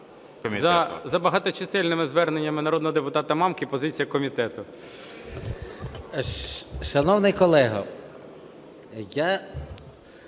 За багаточисельними зверненнями народного депутата Мамки позиція комітету.